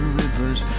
river's